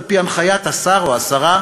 על-פי הנחיית השר או השרה,